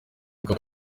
akaba